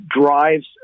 drives